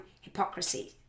hypocrisy